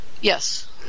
Yes